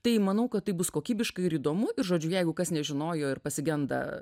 tai manau kad tai bus kokybiška ir įdomu žodžiu jeigu kas nežinojo ir pasigenda